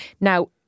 now